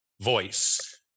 voice